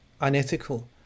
unethical